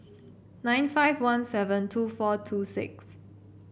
nine five one seven two four two six